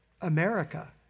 America